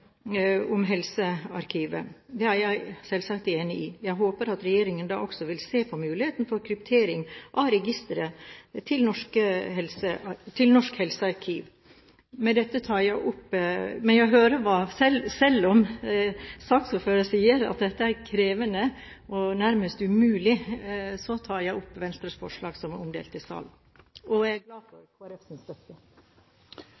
om hvordan dette skal ivaretas når de utarbeider forskriftene om helsearkivet. Det er jeg selvsagt enig i. Jeg håper at regjeringen da også vil se på muligheten for kryptering av registeret til Norsk helsearkiv. Selv om saksordføreren sier at dette er krevende og nærmest umulig, tar jeg opp Venstres forslag som er omdelt i salen. Jeg er glad for